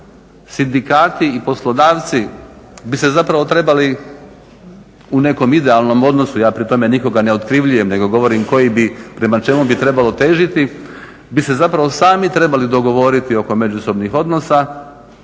Sindikati i poslodavci bi se zapravo trebali u nekom idealnom odnosu, ja pri tome nikoga ne okrivljujem nego govorim prema čemu bi trebalo težiti, bi se zapravo sami trebali dogovoriti oko međusobnih odnosa,